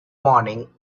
morning